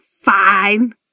fine